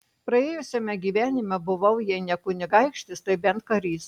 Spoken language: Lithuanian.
praėjusiame gyvenime buvau jei ne kunigaikštis tai bent karys